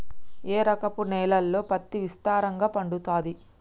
ఏ రకపు నేలల్లో పత్తి విస్తారంగా పండుతది?